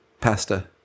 pasta